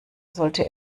sollte